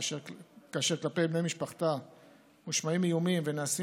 כאשר כלפי בני משפחתה מושמעים איומים ונעשים